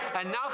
enough